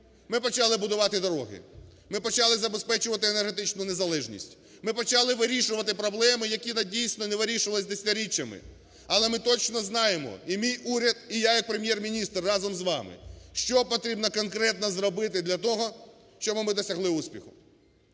Ми почали будувати дороги, ми почали забезпечувати енергетичну незалежність, ми почали вирішувати проблеми, які, дійсно, не вирішувались десятиріччями. Але ми точно знаємо, і мій уряд, і я, як Прем'єр-міністр, разом з вами, що потрібно конкретно зробити для того, щоби ми досягли успіху.